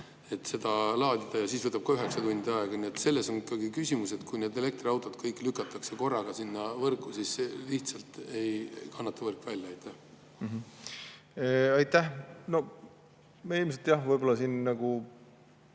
et seda laadida, ja siis võtab ka üheksa tundi aega. Selles on ikkagi küsimus, et kui need elektriautod kõik lükatakse korraga sinna võrku, siis lihtsalt ei kannata võrk seda välja. Aitäh! No me ilmselt jah räägime siin